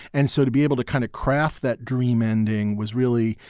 and so to be able to kind of craft that dream ending was really,